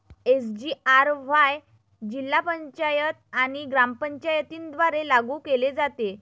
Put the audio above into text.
SGRY जिल्हा पंचायत आणि ग्रामपंचायतींद्वारे लागू केले जाते